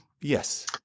Yes